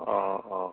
অঁ অঁ